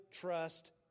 trust